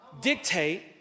dictate